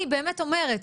אני באמת אומרת,